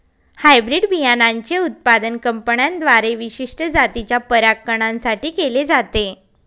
hybrid बियाणांचे उत्पादन कंपन्यांद्वारे विशिष्ट जातीच्या परागकणां साठी केले जाते